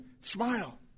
Smile